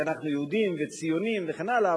כי אנחנו יהודים וציוניים וכן הלאה.